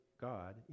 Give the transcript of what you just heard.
God